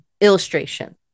illustration